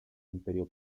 imperio